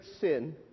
sin